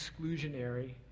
exclusionary